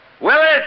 Willis